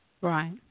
Right